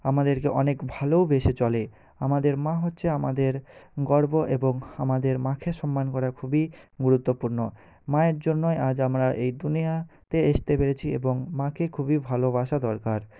আমাদেরকে অনেক ভালোওবেসে চলে আমাদের মা হচ্ছে আমাদের গর্ব এবং আমাদের মাকে সম্মান করা খুবই গুরুত্বপূর্ণ মায়ের জন্যই আজ আমরা এই দুনিয়াতে আসতে পেরেছি এবং মাকে খুবই ভালোবাসা দরকার